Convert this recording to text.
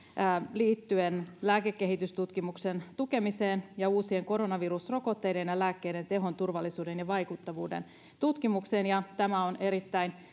liittyen lääkekehitystutkimuksen tukemiseen ja uusien koronavirusrokotteiden ja lääkkeiden tehon turvallisuuden ja vaikuttavuuden tutkimukseen ja tämä on erittäin